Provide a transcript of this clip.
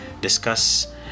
discuss